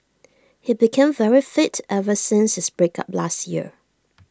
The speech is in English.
he became very fit ever since his break up last year